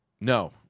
No